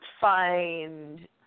find